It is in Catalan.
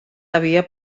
havia